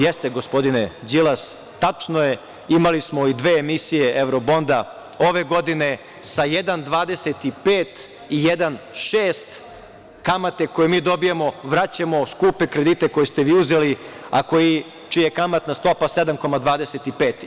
Jeste, gospodine Đilas, tačno je, imali smo i dve emisije evrobonda ove godine sa 1,25 i 1,6 kamate, koju mi dobijamo, vraćamo skupe kredite koje ste vi uzeli, a čija je kamatna stopa 7,25.